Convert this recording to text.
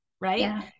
right